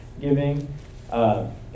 giving